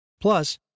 Plus